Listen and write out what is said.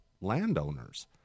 landowners